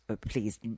please